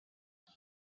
els